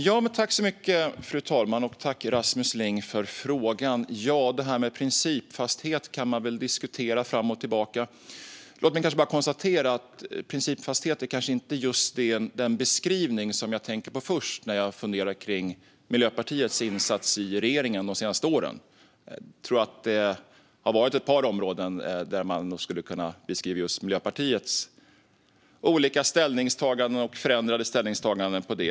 Fru talman! Tack för frågan, Rasmus Ling! Det här med principfasthet kan man diskutera fram och tillbaka. Låt mig bara konstatera att principfasthet kanske inte är just den beskrivning som jag tänker på först när jag funderar kring Miljöpartiets insats i regeringen de senaste åren. Nog har det funnits ett par områden där man skulle kunna beskriva just Miljöpartiets olika ställningstaganden och förändrade ställningstaganden på ett annat sätt.